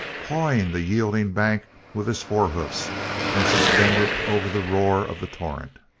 pawing the yielding bank with his forehoofs and suspended over the roar of the torrent.